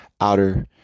outer